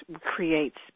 creates